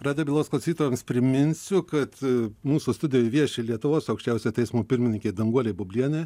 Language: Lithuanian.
radijo bylos klausytojams priminsiu kad mūsų studijoj vieši lietuvos aukščiausiojo teismo pirmininkė danguolė bublienė